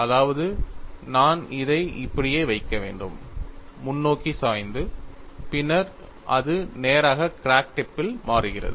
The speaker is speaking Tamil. அதாவது நான் இதை இப்படியே வைக்க வேண்டும் முன்னோக்கி சாய்ந்து பின்னர் அது நேராக கிராக் டிப் பில் மாறுகிறது